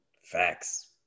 facts